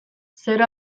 zero